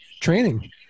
training